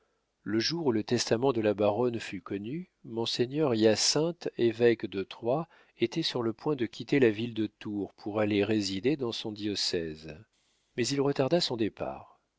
le jour où le testament de la baronne fut connu monseigneur hyacinthe évêque de troyes était sur le point de quitter la ville de tours pour aller résider dans son diocèse mais il retarda son départ